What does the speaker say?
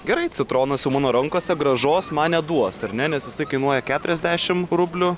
gerai citronas tu mano rankose grąžos man neduos ar ne nes jisai kainuoja keturiasdešimt rublių